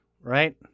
right